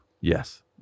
Yes